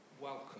welcome